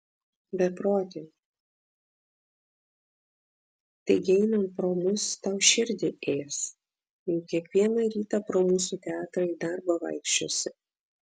beproti taigi einant pro mus tau širdį ės juk kiekvieną rytą pro mūsų teatrą į darbą vaikščiosi